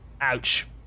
ouch